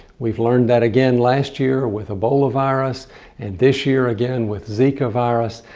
we've learned that again last year with ebola virus and this year again with zika virus.